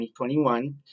2021